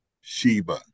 Sheba